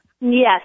yes